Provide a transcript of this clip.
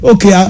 Okay